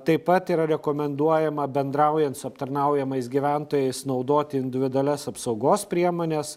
taip pat yra rekomenduojama bendraujant su aptarnaujamais gyventojais naudoti individualias apsaugos priemones